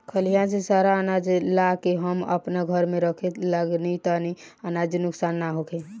खलिहान से सारा आनाज ला के हम आपना घर में रखे लगनी ताकि अनाज नुक्सान ना होखे